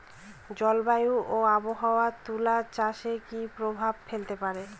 জলবায়ু ও আবহাওয়া তুলা চাষে কি প্রভাব ফেলতে পারে?